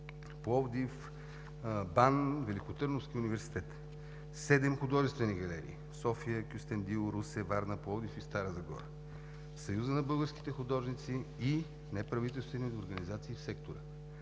науките, Великотърновския университет; художествени галерии – София, Кюстендил, Русе, Варна, Пловдив и Стара Загора; Съюза на българските художници и неправителствените организации в сектора.